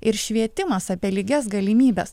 ir švietimas apie lygias galimybes